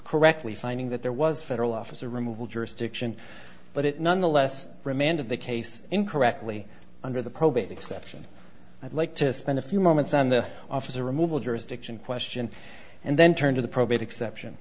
correctly finding that there was a federal officer removal jurisdiction but it nonetheless remanded the case incorrectly under the probate exception i'd like to spend a few moments on the officer removal jurisdiction question and then turn to the probate exception